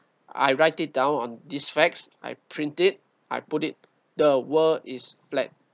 I write it down on these facts I print it I put it the world is flat